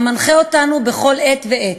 המנחה אותנו בכל עת ועת: